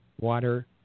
water